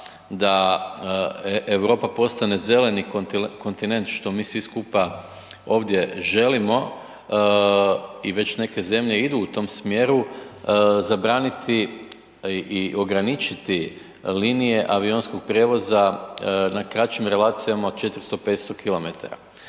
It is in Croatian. da Europa postane zeleni kontinent što mi svi skupa ovdje želimo i već neke zemlje idu u tom smjeru zabraniti i ograničiti linije avionskog prijevoza na kraćim relacijama od 400, 500 km.